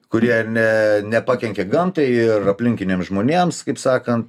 kurie ir ne nepakenkia gamtai ir aplinkiniams žmonėms kaip sakant